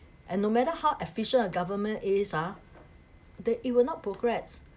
and no matter how efficient a government is ah that it will not progress